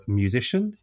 musician